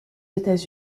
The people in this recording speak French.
états